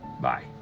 Bye